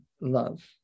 love